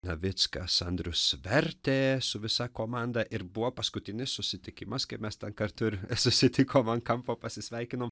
navickas andrius vertė su visa komanda ir buvo paskutinis susitikimas kai mes ten kartu ir susitikom ant kampo pasisveikinom